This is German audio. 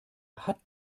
hat